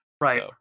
Right